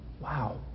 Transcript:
Wow